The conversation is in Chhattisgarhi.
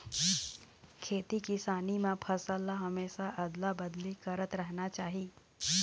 खेती किसानी म फसल ल हमेशा अदला बदली करत रहना चाही